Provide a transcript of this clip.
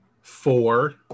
Four